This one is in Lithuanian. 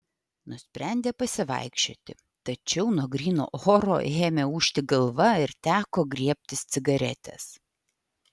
nusprendė pasivaikščioti tačiau nuo gryno oro ėmė ūžti galva ir teko griebtis cigaretės